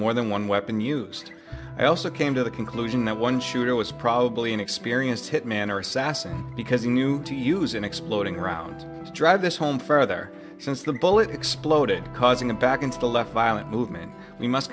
more than one weapon used i also came to the conclusion that one shooter was probably an experienced hitman or assassin because he knew to use an exploding around to drive this home further since the bullet exploded causing the back into the left violent movement we must